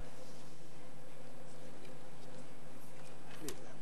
בבקשה, אדוני.